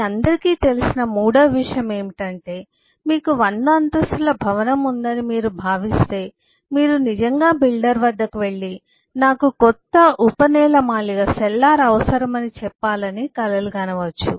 మీ అందరికీ తెలిసిన మూడవ విషయం ఏమిటంటే మీకు 100 అంతస్తుల భవనం ఉందని మీరు భావిస్తే మీరు నిజంగా బిల్డర్ వద్దకు వెళ్లి నాకు కొత్త ఉప నేలమాళిగ అవసరమని చెప్పాలని కలగనవచ్చు